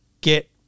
get